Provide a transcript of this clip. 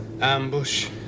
ambush